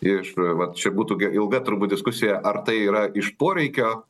iš vat čia būtų ilga turbūt diskusija ar tai yra iš poreikio